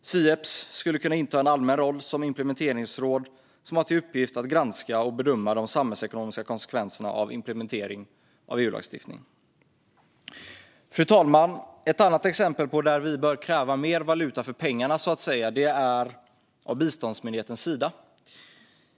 Sieps skulle kunna inta en allmän roll som implementeringsråd med uppgift att granska och bedöma de samhällsekonomiska konsekvenserna av implementering av EU-lagstiftning. Fru talman! Ett annat exempel där vi bör kräva mer valuta för pengarna är biståndsmyndigheten Sida.